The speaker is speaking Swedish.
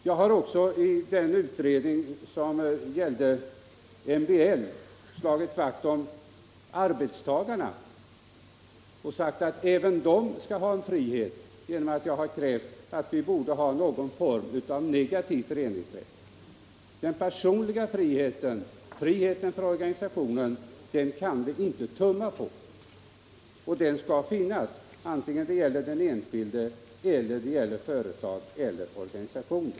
Jag har också i den utredning som gällde MBL slagit vakt om arbetstagarna och sagt att även de skall ha en frihet. Jag har krävt någon form av negativ föreningsrätt. Den personliga friheten och friheten för organisationen kan vi inte tumma på. Den friheten skall finnas — det gäller enskilda, det gäller företag och det gäller organisationer.